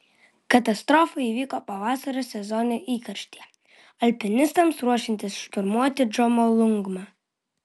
katastrofa įvyko pavasario sezono įkarštyje alpinistams ruošiantis šturmuoti džomolungmą